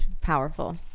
powerful